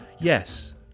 Yes